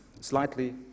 slightly